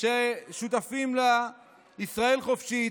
ששותפים לה ישראל חופשית,